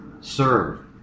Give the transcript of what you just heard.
serve